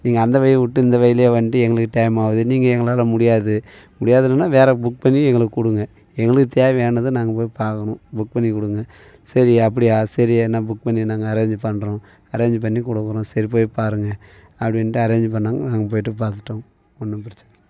நீங்கள் அந்த வழியை விட்டு இந்த வழியிலேயே வந்துட்டு எங்களுக்கு டைம் ஆகுது நீங்கள் எங்களால் முடியாது முடியாதுங்கன்னா வேறு புக் பண்ணி எங்களுக்கு கொடுங்கள் எங்களுக்கு தேவையானதை நாங்கள் போய் பார்க்கணும் புக் பண்ணிக் கொடுங்க சரி அப்படியா சரி எதுனா புக் பண்ணி நாங்கள் அரேஞ்சு பண்ணுறோம் அரேஞ்ச் பண்ணி கொடுக்குறோம் சரி போய் பாருங்கள் அப்படின்ட்டு அரேஞ்ச் பண்ணாங்க நாங்கள் போய்ட்டு பார்த்துட்டோம் ஒன்றும் பிரச்சனை இல்லை